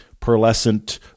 pearlescent